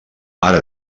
ara